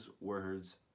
words